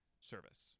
service